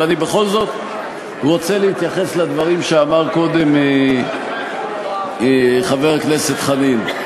אבל אני בכל זאת רוצה להתייחס לדברים שאמר קודם חבר הכנסת חנין.